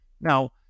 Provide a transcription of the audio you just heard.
Now